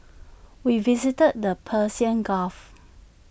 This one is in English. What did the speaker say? we visited the Persian gulf